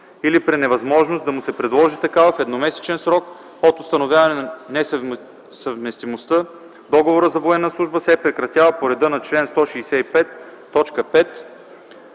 или при невъзможност да му се предложи такава в едномесечен срок от установяване на несъвместимостта договорът за военна служба се прекратява по реда на чл. 165,